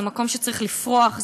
זה מקום שצריך לפרוח,